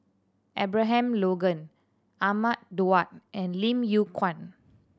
Abraham Logan Ahmad Daud and Lim Yew Kuan